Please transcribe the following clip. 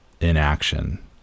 inaction